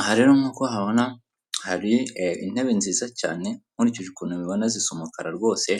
Aha rero nk'uko uhabona hari intebe nziza cyane, nkurikije ukuntu ubibona zisa umukara rwose,